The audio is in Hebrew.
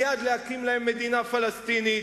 מייד להקים להם מדינה פלסטינית,